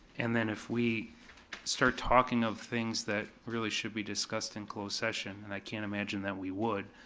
and then if we start talking of things that really should be discussed in closed session, and i can't imagine that we would,